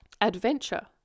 Adventure